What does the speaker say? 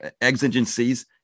exigencies